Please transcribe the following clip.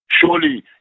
Surely